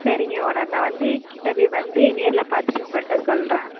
சரிங்க ஓனர் நான் வந்து கிட்டக்க வந்து நேரில் பார்த்துட்டு உங்கள்கிட்ட சொல்கிறேன்